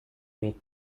make